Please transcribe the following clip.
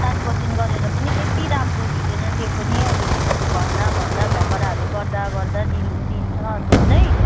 सात पर्सेन्ट गरेर पनि त्यति राम्रो दिँदैन त्यो पनि भन्दा भन्दा झगडाहरू गर्दा गर्दा दिन दिन्छ अचेल चाहिँ